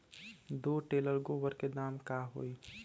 दो टेलर गोबर के दाम का होई?